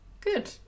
good